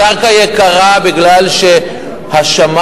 הקרקע יקרה מפני שהשמאי,